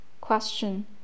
Question